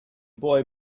boy